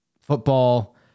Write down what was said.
football